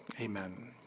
Amen